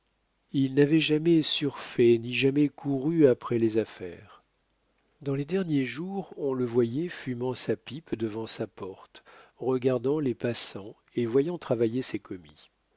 il n'avait jamais surfait ni jamais couru après les affaires dans les derniers jours on le voyait fumant sa pipe devant sa porte regardant les passants et voyant travailler ses commis